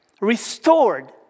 restored